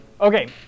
Okay